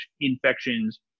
infections